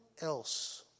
else